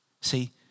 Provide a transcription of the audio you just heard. See